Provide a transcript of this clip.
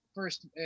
First